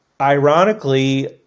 ironically